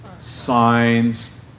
signs